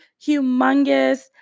humongous